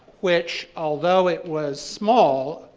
which, although it was small,